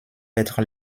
être